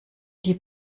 die